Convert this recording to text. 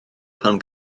pan